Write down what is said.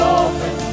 open